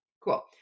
Cool